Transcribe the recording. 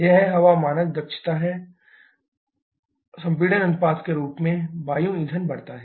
यह हवा मानक दक्षता है संपीड़न अनुपात के रूप में वायु ईंधन बढ़ता है